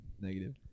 Negative